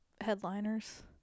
headliners